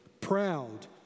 proud